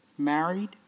married